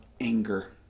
anger